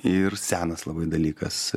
ir senas labai dalykas